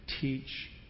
teach